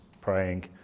praying